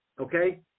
okay